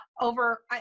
over